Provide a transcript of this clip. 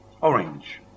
Orange